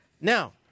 Now